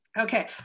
okay